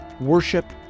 worship